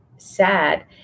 sad